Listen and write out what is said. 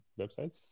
websites